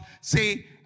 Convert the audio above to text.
See